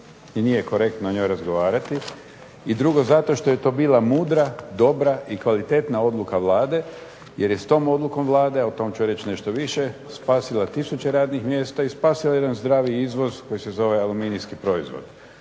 i nije korektno o njoj razgovarati. I drugo, zato što je to bila mudra, dobra i kvalitetna odluka Vlade jer je s tom odlukom Vlade, a o tom ću reći nešto više, spasila tisuće radnih mjesta i spasila je jedan zdravi izvoz koji se zove aluminijski proizvod.